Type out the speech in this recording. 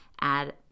add